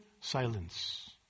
silence